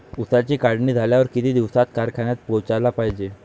ऊसाची काढणी झाल्यावर किती दिवसात कारखान्यात पोहोचला पायजे?